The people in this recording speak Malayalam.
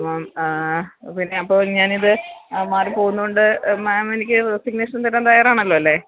മാം പിന്നേ അപ്പോള് ഞാനിത് മാറി പോവുന്നോണ്ട് മാം എനിക്ക് റെസിഗ്നേഷന് തരാന് തയ്യാറാണല്ലോ അല്ലേ